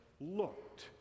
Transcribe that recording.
looked